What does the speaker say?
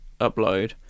upload